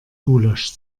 gulasch